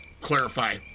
clarify